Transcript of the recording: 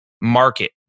market